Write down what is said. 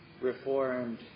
Reformed